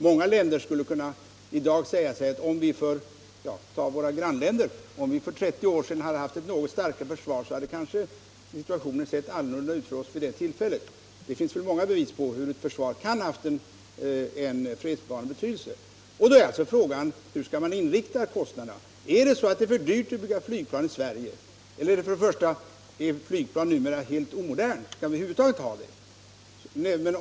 Många länder — t.ex. våra grannländer — skulle i dag kunna säga sig: Om vi för 30 år sedan hade haft ett något starkare försvar, så hade kanske situationen sett annorlunda ut för oss då. Det finns många bevis på att ett försvar kan ha haft en fredsbevarande betydelse. Frågan är då hur man skall inrikta kostnaderna. Är flygplan numera helt omoderna? Skall vi över huvud taget ha flygplan?